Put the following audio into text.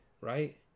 right